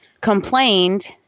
complained